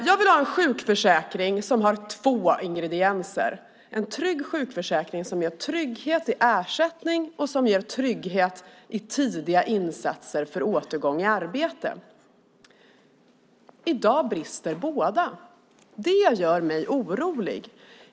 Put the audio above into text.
Jag vill ha en sjukförsäkring som har två ingredienser, en trygg sjukförsäkring som ger trygghet i ersättning och som ger trygghet i tidiga insatser för återgång i arbete. I dag brister båda. Det gör mig orolig.